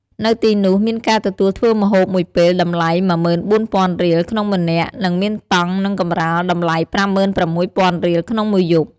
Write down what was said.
នៅទីនោះ មានការទទួលធ្វើម្ហូបមួយពេល តម្លៃ ១៤,០០០រៀល ក្នុងម្នាក់ និងមានតង់ និងកម្រាល តម្លៃ ៥៦,០០០រៀល ក្នុងមួយយប់។